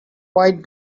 quiet